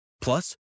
Plus